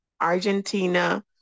Argentina